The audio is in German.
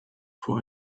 vor